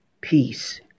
Peace